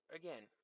again